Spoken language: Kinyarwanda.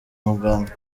muganga